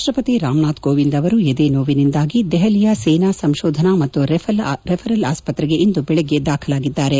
ರಾಷ್ಷಪತಿ ರಾಮನಾಥ್ ಕೋವಿಂದ್ ಅವರು ಎದೆನೋವಿನಿಂದಾಗಿ ದೆಹಲಿಯ ಸೇನಾ ಸಂಶೋಧನಾ ಮತ್ತು ರೆಫರಲ್ ಆಸ್ತತ್ರೆಗೆ ಇಂದು ಬೆಳಗ್ಗೆ ದಾಖಲಾಗಿದ್ದಾರೆ